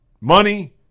money